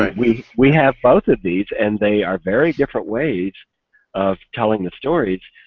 we we have both of these and they are very different ways of telling the stories.